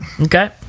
Okay